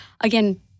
Again